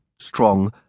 strong